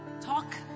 talk